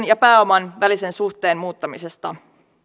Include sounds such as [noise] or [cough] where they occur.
[unintelligible] ja pääoman välisen suhteen muuttamisesta